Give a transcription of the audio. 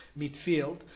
midfield